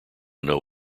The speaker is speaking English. know